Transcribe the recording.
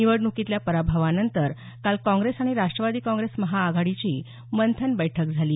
निवडणुकीतल्या पराभवानंतर काल काँग्रेस आणि राष्ट्रवादी काँग्रेस महाआघाडीची मंथन बैठक झाली